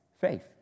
faith